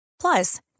Plus